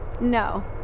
No